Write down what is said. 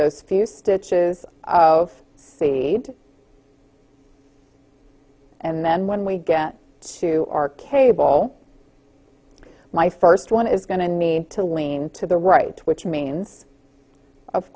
those few stitches of speed and then when we get to our cable my first one is going to need to lean to the right which means of